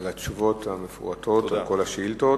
על התשובות המפורטות לכל השאילתות.